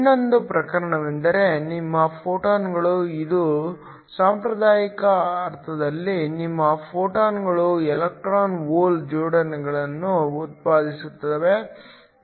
ಇನ್ನೊಂದು ಪ್ರಕರಣವೆಂದರೆ ನಿಮ್ಮ ಫೋಟಾನ್ಗಳು ಇದು ಸಾಂಪ್ರದಾಯಿಕ ಅರ್ಥದಲ್ಲಿ ನಿಮ್ಮ ಫೋಟಾನ್ಗಳು ಎಲೆಕ್ಟ್ರಾನ್ ಹೋಲ್ ಜೋಡಿಗಳನ್ನು ಉತ್ಪಾದಿಸುತ್ತವೆ